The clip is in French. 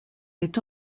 est